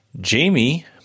Jamie